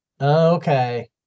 okay